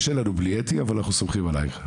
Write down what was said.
קשה לנו בלי אתי אבל אנחנו סומכים עלייך,